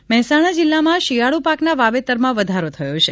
રવિપાક મહેસાણા જિલ્લામાં શિયાળુ પાકના વાવેતરમાં વધારો થયો છે